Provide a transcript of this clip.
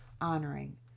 honoring